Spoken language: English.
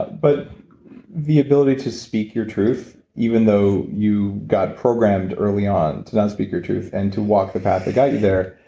but the ability to speak your truth even though you got programmed early on to not speak your truth and to walk the path got you there.